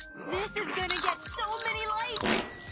this is gonna get so many likes!